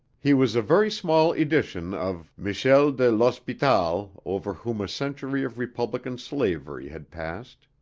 he was a very small edition of michel de l'hospital over whom a century of republican slavery had passed.